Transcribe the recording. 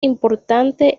importante